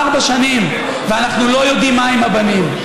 ארבע שנים, ואנחנו לא יודעים מה עם הבנים.